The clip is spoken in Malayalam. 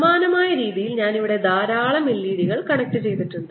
സമാനമായ രീതിയിൽ ഞാൻ ഇവിടെ ധാരാളം LED കൾ കണക്ട് ചെയ്തിട്ടുണ്ട്